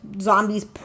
zombies